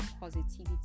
positivity